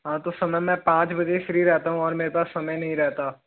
हाँ तो समय मैं पाँच बजे फ्री रहता हूँ और मेरे पास समय नहीं रहता